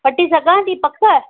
वठी सघां थी पक